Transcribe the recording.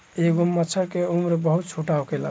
एगो मछर के उम्र बहुत छोट होखेला